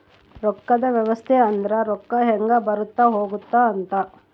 ರೊಕ್ಕದ್ ವ್ಯವಸ್ತೆ ಅಂದ್ರ ರೊಕ್ಕ ಹೆಂಗ ಬರುತ್ತ ಹೋಗುತ್ತ ಅಂತ